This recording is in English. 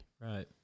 Right